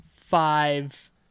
five